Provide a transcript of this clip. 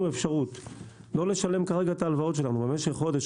אפשרות לא לשלם כרגע את ההלוואות שלנו משך חודש,